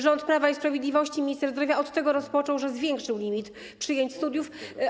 Rząd Prawa i Sprawiedliwości, minister zdrowia od tego rozpoczął, że zwiększył limit przyjęć na studia.